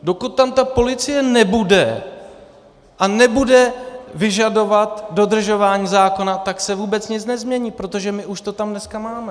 Dokud tam ta policie nebude a nebude vyžadovat dodržování zákona, tak se vůbec nic nezmění, protože my už to tam dneska máme.